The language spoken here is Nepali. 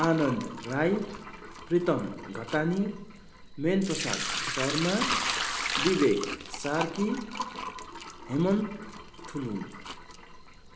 आनन्द राई प्रितम घतानी मेन प्रसाद शर्मा विवेक सार्की हेमन्त थुलुङ